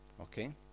okay